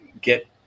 get